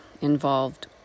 involved